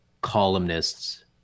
columnists